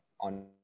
on